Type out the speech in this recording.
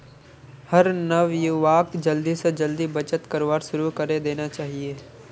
हर नवयुवाक जल्दी स जल्दी बचत करवार शुरू करे देना चाहिए